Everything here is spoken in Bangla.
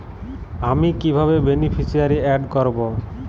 আমি কিভাবে বেনিফিসিয়ারি অ্যাড করব?